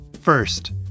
First